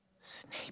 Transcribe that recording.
Snape